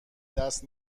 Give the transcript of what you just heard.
دست